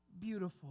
beautiful